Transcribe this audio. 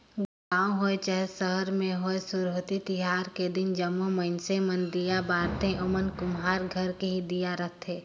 गाँव होए चहे सहर में होए सुरहुती तिहार कर दिन जम्मो मइनसे मन दीया बारथें ओमन कुम्हार घर कर ही दीया रहथें